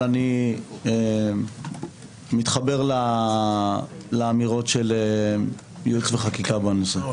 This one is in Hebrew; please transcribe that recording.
אבל אני מתחבר לאמירות של ייעוץ וחקיקה בנושא,